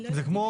זה כמו